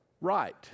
right